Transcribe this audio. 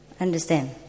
Understand